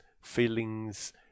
feelings